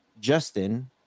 Justin